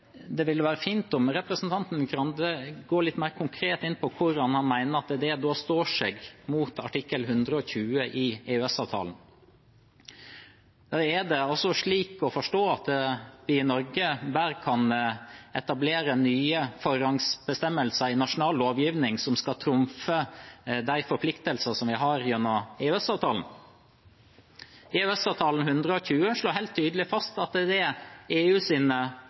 står seg mot artikkel 120 i EØS-avtalen. Er det altså slik å forstå at en i Norge bare kan etablere nye forrangsbestemmelser i nasjonal lovgivning som skal trumfe de forpliktelsene vi har gjennom EØS-avtalen? EØS-avtalen artikkel 120 slår helt tydelig fast at det er